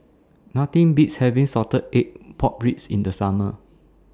Nothing Beats having Salted Egg Pork Ribs in The Summer